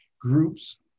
groups